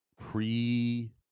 pre